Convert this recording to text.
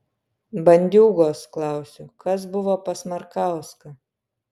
bandiūgos klausiu kas buvo pas markauską